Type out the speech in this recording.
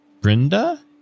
Brenda